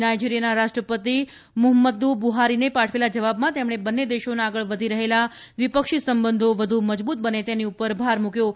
નાઇજીરિયાના રાષ્ટ્રપતિ મુહમ્મદ્દ બુહારીને પાઠવેલા જવાબમાં તેમણે બંને દેશોના આગળ વધી રહેલા દ્વિપક્ષી સંબંધો વધુ મજબૂત બને તેની પર ભાર મૂક્યો છે